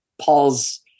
Paul's